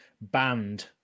banned